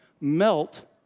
melt